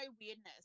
weirdness